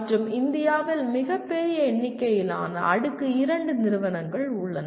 மற்றும் இந்தியாவில் மிகப் பெரிய எண்ணிக்கையிலான அடுக்கு 2 நிறுவனங்கள் உள்ளன